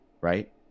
right